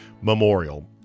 Memorial